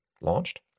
Launched